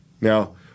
Now